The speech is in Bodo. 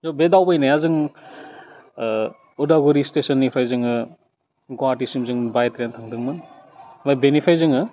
बे दावबायनाया जों अदालगुरि स्टेसननिफ्राय जोङो गुवाहाटिसिम जोङो बाइ ट्रेन थांदोंमोन आरो बेनिफ्राय जोङो